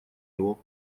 его